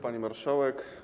Pani Marszałek!